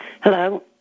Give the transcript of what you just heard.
Hello